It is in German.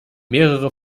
mehrere